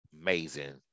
amazing